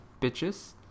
bitches